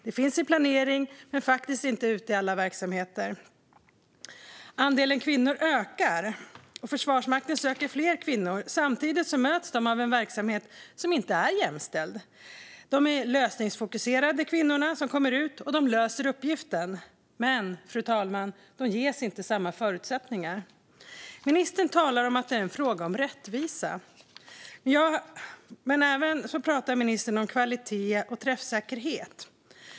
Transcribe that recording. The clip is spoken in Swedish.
Det finns i planeringen men faktiskt inte ute i alla verksamheter. Andelen kvinnor ökar, och Försvarsmakten söker fler kvinnor. Samtidigt möts de av en verksamhet som inte är jämställd. Kvinnorna som kommer in är lösningsfokuserade och löser uppgiften. Men, fru talman, de ges inte samma förutsättningar. Ministern talar om att det är en fråga om rättvisa men även om kvalitet och träffsäkerhet.